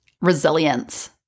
resilience